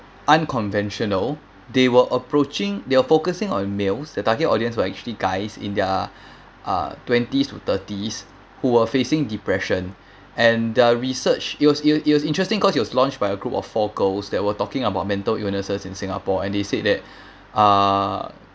unconventional they were approaching they are focusing on males their target audience were actually guys in their uh twenties to thirties who were facing depression and the research it was it it was interesting goals launched by a group of four girls that were talking about mental illnesses in singapore and they said that uh